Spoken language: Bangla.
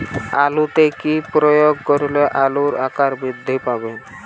আলুতে কি প্রয়োগ করলে আলুর আকার বৃদ্ধি পাবে?